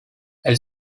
elle